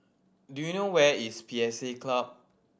do you know where is P S A Club